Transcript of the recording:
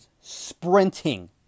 sprinting